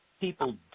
people